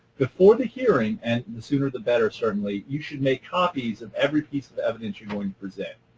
before the hearing and and the sooner the better certainly, you should make copies of every piece of evidence you are going to present,